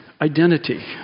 identity